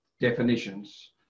definitions